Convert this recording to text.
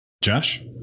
Josh